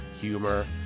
humor